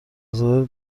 زاده